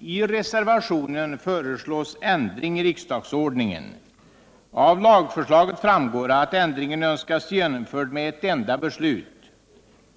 I reservationen föreslås ändring i riksdagsordningen. Av lagförslaget framgår att ändringen önskas genomförd med ett enda beslut.